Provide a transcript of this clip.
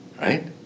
right